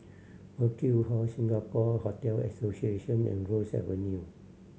Burkill Hall Singapore Hotel Association and Ross Avenue